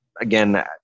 again